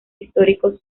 históricos